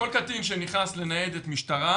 כל קטין שנכנס לניידת משטרה,